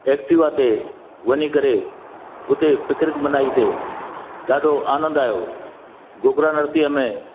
Activa ते वञी करे उते पिकनिक मनाइसीं ॾाढो आनंदु आहियो घुघरा नर्सरी में